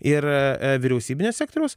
ir vyriausybinio sektoriaus